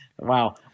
wow